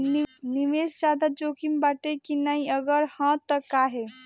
निवेस ज्यादा जोकिम बाटे कि नाहीं अगर हा तह काहे?